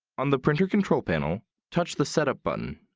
on the printer control panel, touch the setup button.